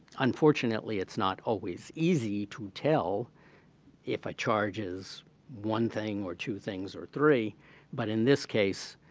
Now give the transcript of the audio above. unfortunately, it's not always easy to tell if a charge is one thing or two things or three but in this case,